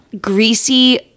greasy